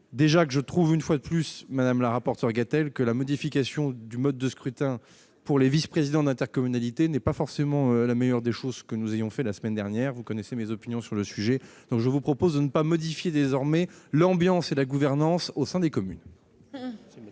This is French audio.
Je le dis une fois de plus, madame la rapporteure, je ne trouve pas que la modification du mode de scrutin pour les vice-présidents d'intercommunalité soit forcément ce que nous avons fait de mieux la semaine dernière. Vous connaissez mes opinions sur le sujet. Je vous propose de ne pas modifier désormais l'ambiance et la gouvernance au sein des communes.